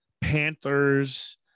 Panthers